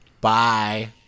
Bye